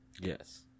Yes